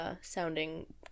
sounding